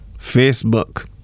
Facebook